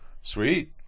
Sweet